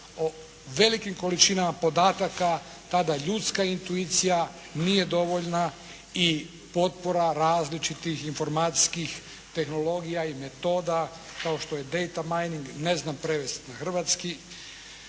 o velikoj količini podataka tada ljudska intuicija nije dovoljna i potpora različitih informacijskih tehnologija i metoda kao što je «Dana Maning», ne znam prevesti na hrvatski,